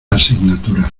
asignatura